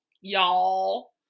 Y'all